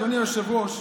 אדוני היושב-ראש,